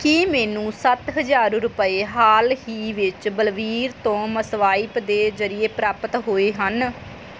ਕੀ ਮੈਨੂੰ ਸੱਤ ਹਜ਼ਾਰ ਰੁਪਏ ਹਾਲ ਹੀ ਵਿੱਚ ਬਲਬੀਰ ਤੋਂ ਮਸਵਾਇਪ ਦੇ ਜ਼ਰੀਏ ਪ੍ਰਾਪਤ ਹੋਏ ਹਨ